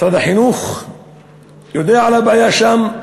משרד החינוך יודע על הבעיה שם,